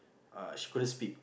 uh she couldn't speak